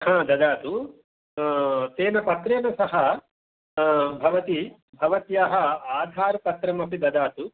ददातु तेन पत्रेन सह भवती भवत्याः आधार् पत्रमपि ददातु